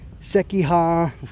sekiha